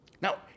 Now